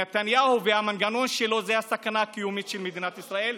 נתניהו והמנגנון שלו זה הסכנה הקיומית של מדינת ישראל,